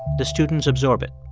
the students absorb it.